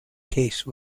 case